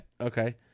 Okay